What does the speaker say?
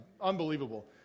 Unbelievable